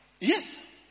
Yes